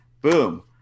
Boom